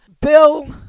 bill